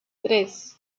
tres